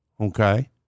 Okay